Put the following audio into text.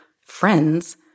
friends